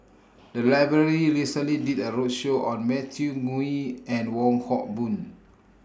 The Library recently did A roadshow on Matthew Ngui and Wong Hock Boon